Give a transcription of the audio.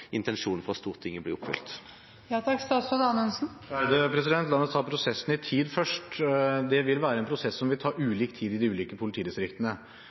intensjonen fra Stortinget blir oppfylt? La meg ta prosessen i tid først. Det vil være en prosess som vil ta ulik tid i de ulike politidistriktene.